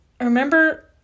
remember